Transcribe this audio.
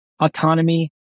autonomy